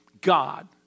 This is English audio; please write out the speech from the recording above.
God